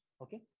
okay